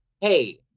hey